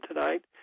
tonight